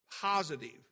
positive